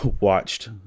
watched